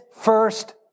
first